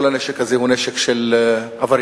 כל הנשק הזה הוא נשק של עבריינות.